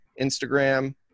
Instagram